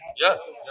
yes